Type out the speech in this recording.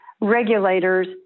regulators